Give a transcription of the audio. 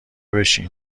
بشین